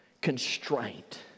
constraint